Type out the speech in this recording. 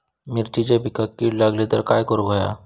मिरचीच्या पिकांक कीड लागली तर काय करुक होया?